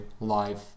live